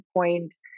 point